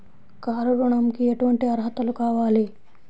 Car ఋణంకి ఎటువంటి అర్హతలు కావాలి?